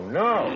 no